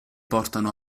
portano